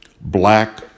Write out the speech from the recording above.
Black